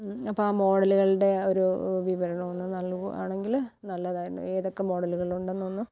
അപ്പോള് ആ മോഡലുകളുടെ ഒരു വിവരണം ഒന്ന് നൽകുകയാണെങ്കില് നല്ലതായിരുന്നു ഏതൊക്കെ മോഡലുകൾ ഉണ്ടെന്നൊന്ന്